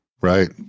Right